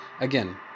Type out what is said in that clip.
again